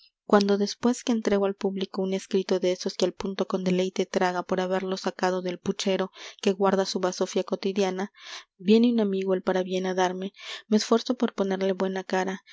cuando después que entrego al público un escrito de esos que al punto con deleite traga por haberlo sacado de puchero que guarda su bazofia cotidiana viene un amigo el parabién a darme me esfuerzo por ponerle buena cara